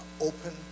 open